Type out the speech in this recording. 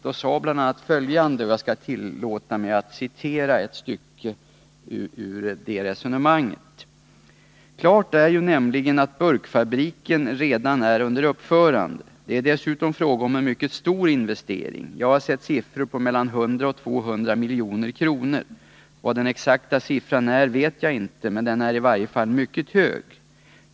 Jag skall tillåta mig att citera ett stycke av resonemanget då, där jag sade bl.a. följande: ”Klart är ju nämligen att burkfabriken redan är under uppförande. Det är dessutom fråga om en mycket stor investering. Jag har sett siffror på mellan 100 och 200 milj.kr. Vad den exakta siffran är vet jaginte, men den är i varje fall mycket hög.